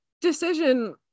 decision